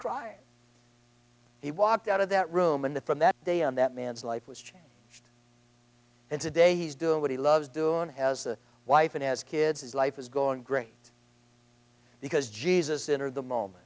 crying he walked out of that room and the from that day on that man's life was changed and today he's doing what he loves doing has a wife and has kids his life is going great because jesus in or the moment